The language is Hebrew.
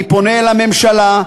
אני פונה אל הממשלה,